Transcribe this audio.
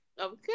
Okay